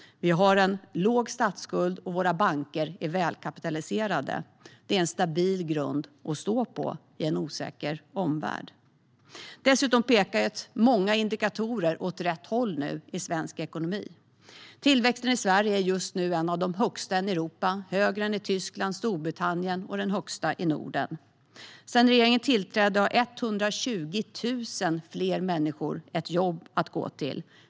Vi har en låg statsskuld, och våra banker är välkapitaliserade. Det är en stabil grund att stå på med en osäker omvärld. Dessutom pekar nu många indikatorer åt rätt håll i svensk ekonomi. Tillväxten i Sverige är just nu en av de högsta i Europa. Den är högre än i Tyskland och Storbritannien och är den högsta i Norden. Sedan regeringen tillträdde har 120 000 fler människor ett jobb att gå till.